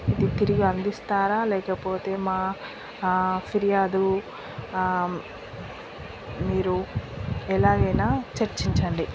ఇది తిరిగి అందిస్తారా లేకపోతే మా ఆ ఫిర్యాదు ఆ మీరు ఎలాగైనా చర్చించండి